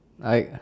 alright